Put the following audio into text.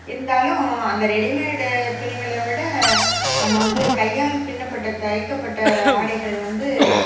இருந்தாலும் அந்த ரெடிமேடு துணிகளை விட நம்ம வந்து கையால் பின்னப்பட்ட தைக்கப்பட்ட ஆடைகள் வந்து